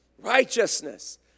righteousness